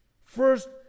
First